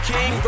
King